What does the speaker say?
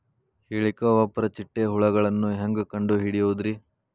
ಹೇಳಿಕೋವಪ್ರ ಚಿಟ್ಟೆ ಹುಳುಗಳನ್ನು ಹೆಂಗ್ ಕಂಡು ಹಿಡಿಯುದುರಿ?